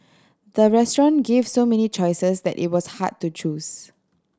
the restaurant gave so many choices that it was hard to choose